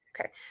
Okay